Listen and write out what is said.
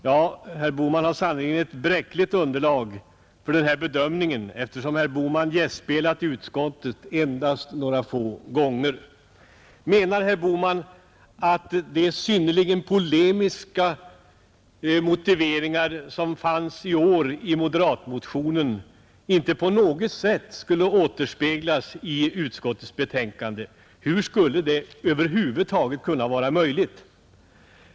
Ja, men herr Bohman har sannerligen ett bräckligt underlag för sin bedömning, eftersom herr Bohman gästspelat i utskottet endast några få gånger. Menar herr Bohman att de synnerligen polemiska motiveringar som fanns i år i moderatmotionen inte på något sätt skulle återspeglas i utskottets betänkande? Hur skulle det över huvud taget kunna vara möjligt?